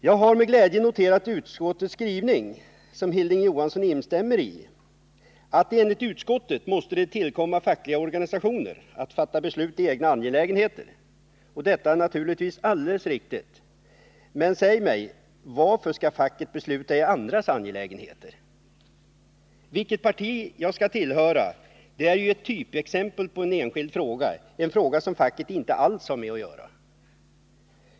Jag har med glädje noterat utskottets skrivning, som Hilding Johansson instämmer i: ”Enligt utskottet måste det tillkomma fackliga organisationer att fatta beslut i egna angelägenheter.” Detta är naturligtvis alldeles riktigt. Men säg mig: Varför skall facket besluta i andras angelägenheter? Vilket parti jag skall tillhöra är ju ett typexempel på en enskild fråga, en fråga som facket inte alls har med att göra.